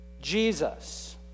Jesus